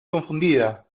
confundida